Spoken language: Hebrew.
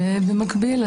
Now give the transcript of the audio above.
ובמקביל,